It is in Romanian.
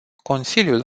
consiliul